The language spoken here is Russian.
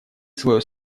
свое